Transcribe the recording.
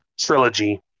Trilogy